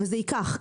וזה ייקח,